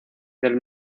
del